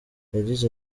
yagize